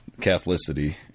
Catholicity